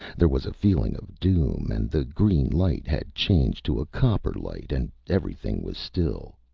there was a feeling of doom and the green light had changed to a copper light and everything was still.